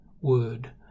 word